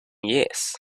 years